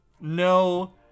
No